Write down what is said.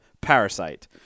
Parasite